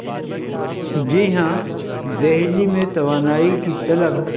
جی ہاں دہلی میں توانائی کی طلب